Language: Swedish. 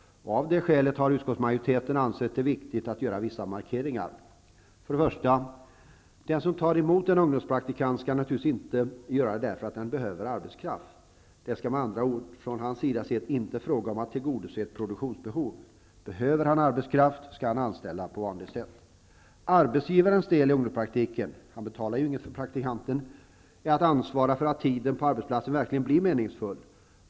Av det skälet har utskottsmajoriteten ansett det viktigt att göra vissa markeringar. Den som tar emot en ungdomspraktikant skall naturligtvis inte göra det därför att han behöver arbetskraft. Det skall med andra ord från hans sida sett inte vara fråga om att tillgodose ett produktionsbehov. Behöver han arbetskraft, skall han anställa på vanligt sätt. Arbetsgivarens del i ungdomspraktiken -- han betalar ju inget för praktikanten -- är att ansvara för att tiden på arbetsplatsen verkligen blir meningsfull.